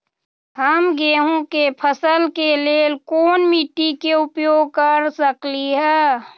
हम गेंहू के फसल के लेल कोन मिट्टी के उपयोग कर सकली ह?